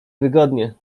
wygodnie